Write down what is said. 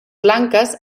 blanques